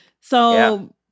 So-